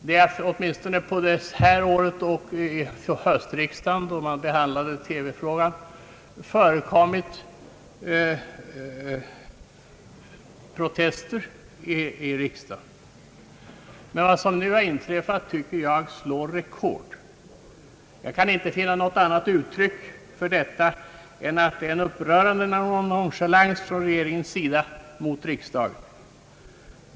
Det har såväl under detta år som under höstriksdagen, då vi behandlade TV-frågan, förekommit protester i riksdagen. Vad som nu har inträffat tycker jag slår alla rekord. Jag kan inte finna något annat uttryck för detta än att det är en upprörande nonchalans från regeringens sida mot riksdagen.